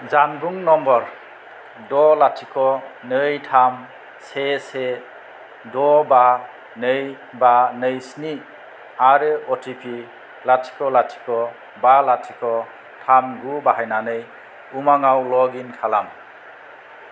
जानबुं नम्बर द' लाथिख नै थाम से से द' बा नै बा नै स्नि आरो अ टि पि लाथिख' लाथिख' बा लाथिख' थाम गु बाहायनानै उमांआव लग इन खालाम